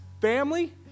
family